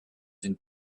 une